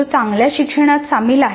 जो चांगल्या शिक्षणात सामील आहे